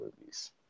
movies